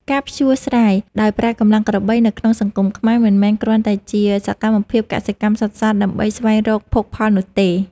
ការភ្ជួរស្រែដោយប្រើកម្លាំងក្របីនៅក្នុងសង្គមខ្មែរ មិនមែនគ្រាន់តែជាសកម្មភាពកសិកម្មសុទ្ធសាធដើម្បីស្វែងរកភោគផលនោះទេ។